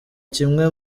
kimwe